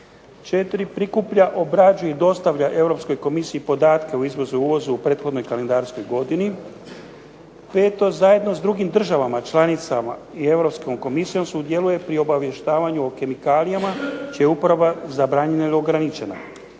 Četiri, prikuplja, obrađuje i dostavlja Europskoj komisiji podatke o izvozu i uvozu u prethodnoj kalendarskoj godini. Peto, zajedno s drugim državama članicama i Europskom komisijom sudjeluje pri obavještavanju o kemikalijama čija je uporaba zabranjena ili ograničena.